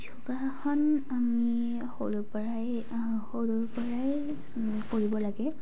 যোগাসন আমি সৰুৰপৰাই সৰুৰপৰাই কৰিব লাগে